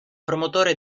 promotore